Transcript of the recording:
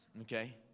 okay